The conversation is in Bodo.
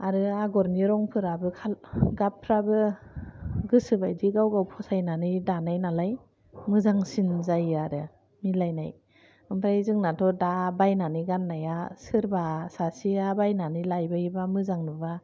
आरो आगरनि रंफोराबो गाबफोराबो गोसोबायदि गावगाव फसायनानै दानायनालाय मोजांसिन जायो आरो मिलायनाय ओमफ्राय जोंनाथ' दा बायनानै गाननाया सोरबा सासेया बायनानै लाबोयोबा मोजां नुबा